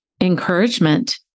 encouragement